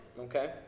okay